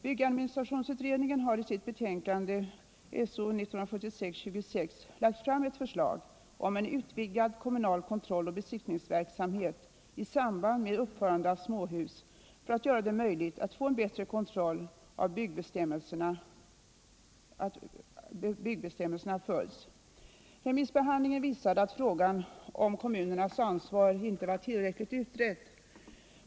Byggadministrationsutredningen har i sitt betänkande lagt fram ett förslag om en utvidgad kommunal kontroll och besiktningsverksamhet i samband med uppförande av småhus för att göra det möjligt att få en bättre kontroll av att byggbestämmelserna följs. Remissbehandlingen visade 107 att frågan om kommunernas ansvar inte var tillräckligt utredd.